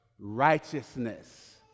Righteousness